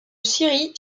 scierie